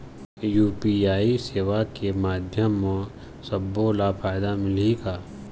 UPI सेवा के माध्यम म सब्बो ला फायदा मिलही का?